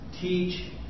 Teach